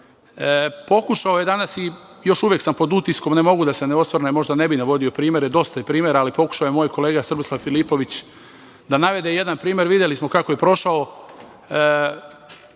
je danas i još uvek sam pod utiskom, ne mogu da se ne osvrnem, možda ne bih navodio primere, dosta je primera, ali pokušao je moj kolega Srbislav Filipović da navede jedan primer, videli smo kako je prošao.